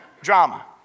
Drama